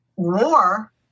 war